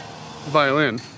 violin